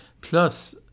Plus